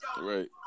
Right